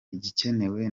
igikenewe